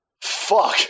fuck